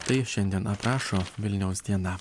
tai šiandien aprašo vilniaus diena